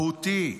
מהותי,